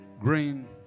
green